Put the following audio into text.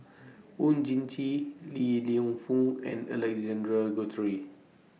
Oon Jin Gee Li Lienfung and Alexander Guthrie